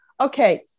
okay